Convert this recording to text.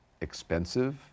expensive